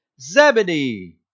Zebedee